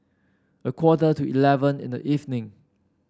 a quarter to eleven in the evening